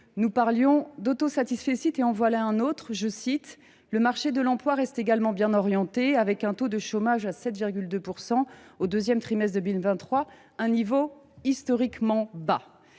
Nous parlions d’autosatisfecit ; en voici un autre :« Le marché de l’emploi reste également bien orienté, avec un taux de chômage à 7,2 % au deuxième trimestre 2023, un niveau historiquement bas. »